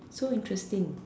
so interesting